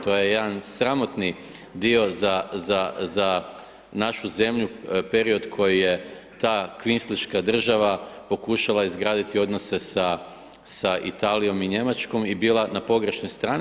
To je jedan sramotni dio za našu zemlju, period koji je ta kvlinsliška država pokušala izgraditi odnose sa Italijom i Njemačkom i bila na pogrešnoj strani.